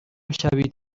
شوید